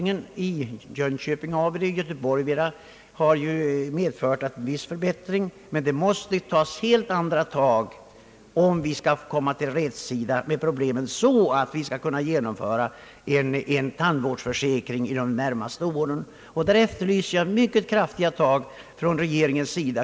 fluor i Jönköping och i Göteborg har medfört en förbättring, men det måste tas helt andra tag, om vi skall kunna få verklig rätsida på problemen så att en tandvårdsförsäkring kan genomföras under närmaste år. På denna punkt efterlyser jag krafttag från regeringens sida.